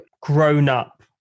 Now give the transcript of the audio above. grown-up